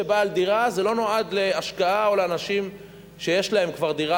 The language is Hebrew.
זה לא נועד לדירה להשקעה או לאנשים שיש להם כבר דירה,